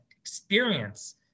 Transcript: experience